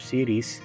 Series